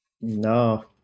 No